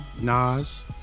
Nas